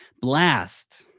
Blast